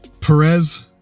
Perez